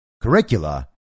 curricula